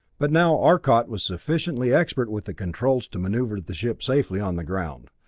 but now arcot was sufficiently expert with the controls to maneuver the ship safely on the ground.